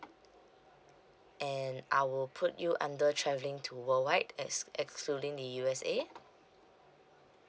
and I will put you under travelling to worldwide ex~ excluding the U_S_A